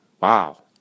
Wow